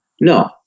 No